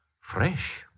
Fresh